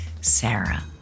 Sarah